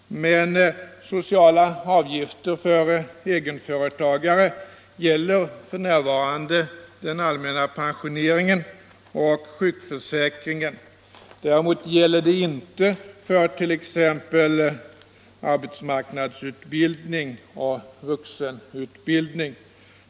Sociala avgifter för egenföretagare gäller f. n. den allmänna pensioneringen och sjukförsäkringen. Däremot gäller de inte för t.ex. ar betsmarknadsutbildning och vuxenutbildning.